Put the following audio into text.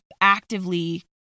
Actively